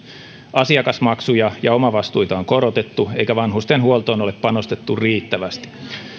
asiakasmaksuja ja omavastuita on korotettu eikä vanhustenhuoltoon ole panostettu riittävästi